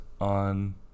on